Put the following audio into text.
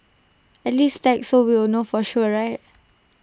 at least tag so we'll know for sure right